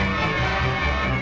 and